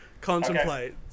Contemplate